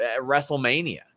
WrestleMania